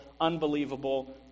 unbelievable